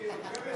בדיוק.